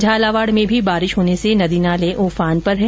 झालावाड़ में भी बारिश होने से नदी नाले उफान पर हैं